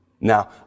Now